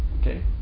Okay